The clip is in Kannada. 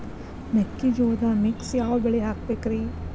ಮೆಕ್ಕಿಜೋಳದಾಗಾ ಮಿಕ್ಸ್ ಯಾವ ಬೆಳಿ ಹಾಕಬೇಕ್ರಿ?